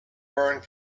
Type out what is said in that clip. burned